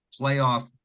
playoff